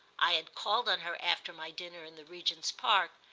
i had called on her after my dinner in the regent's park,